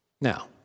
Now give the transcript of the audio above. Now